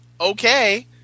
okay